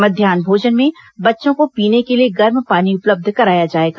मध्यान्ह भोजन में बच्चों को पीने के लिए गर्म पानी उपलब्ध कराया जाएगा